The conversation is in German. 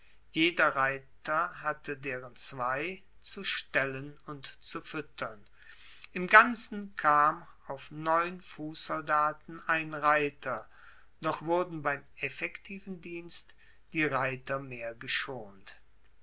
jeder reiter hatte deren zwei zu stellen und zu fuettern im ganzen kam auf neun fusssoldaten ein reiter doch wurden beim effektiven dienst die reiter mehr geschont